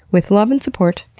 with love and support,